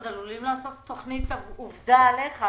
עוד עלולים לעשות תכנית "עובדה" עליך,